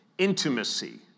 intimacy